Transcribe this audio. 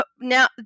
Now